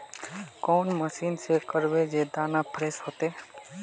कौन मशीन से करबे जे दाना फ्रेस होते?